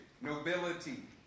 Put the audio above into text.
nobility